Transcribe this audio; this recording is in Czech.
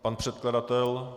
Pan předkladatel?